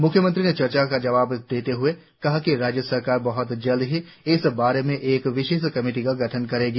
मुख्यमंत्री ने चर्चा का जवाब देते हए कहा कि राज्य सरकार बहत जल्द ही इस बारे में एक विशेषज्ञ कमिटि का गठन करेगी